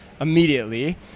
immediately